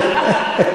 עמדות.